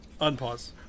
unpause